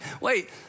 wait